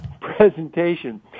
presentation